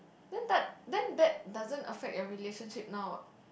then but then that doesn't affect your relationship now what